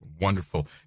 Wonderful